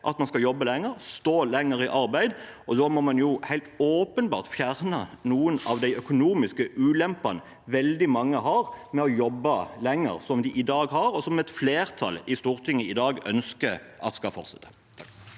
at man skal jobbe lenger, stå lenger i arbeid, og da må man helt åpenbart fjerne noen av de økonomiske ulempene veldig mange har med å jobbe lenger, som de i dag har, og som et flertall i Stortinget i dag ønsker at skal fortsette.